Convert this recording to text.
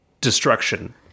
destruction